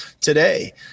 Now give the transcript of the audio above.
today